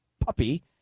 puppy